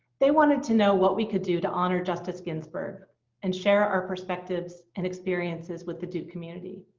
they wanted to know what we could do to honor justice ginsburg and share our perspectives and experiences with the duke community.